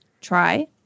try